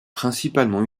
principalement